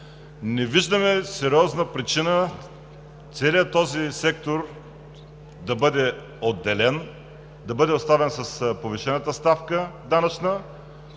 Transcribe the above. Не виждаме сериозна причина целият този сектор да бъде отделен, да бъде оставен с повишената данъчна